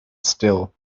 still